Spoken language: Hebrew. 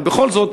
אבל בכל זאת,